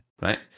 right